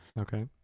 Okay